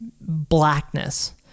blackness